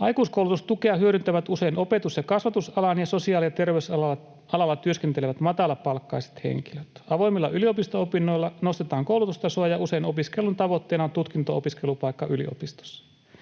”Aikuiskoulutustukea hyödyntävät usein opetus‑ ja kasvatusalalla ja sosiaali‑ ja terveysalalla työskentelevät matalapalkkaiset henkilöt. Avoimilla yliopisto-opinnoilla nostetaan koulutustasoa, ja usein opiskelun tavoitteena on tutkinto-opiskelupaikka yliopistossa.